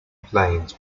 plains